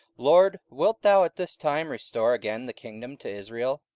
lord, wilt thou at this time restore again the kingdom to israel?